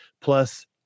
plus